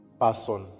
person